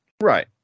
Right